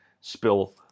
spill